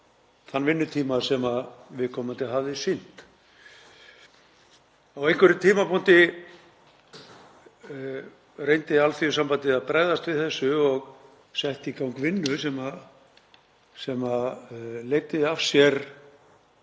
þann vinnutíma sem viðkomandi hafði sinnt. Á einhverjum tímapunkti reyndi Alþýðusambandið að bregðast við þessu og setti í gang vinnu sem leiddi af sér